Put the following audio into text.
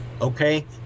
okay